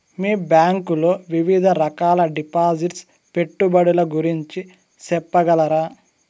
మీ bank లో వివిధ రకాల డిపాసిట్స్, పెట్టుబడుల గురించి సెప్పగలరా?